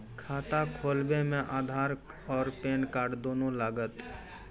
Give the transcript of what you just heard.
खाता खोलबे मे आधार और पेन कार्ड दोनों लागत?